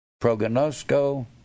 prognosco